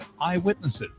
eyewitnesses